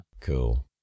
Cool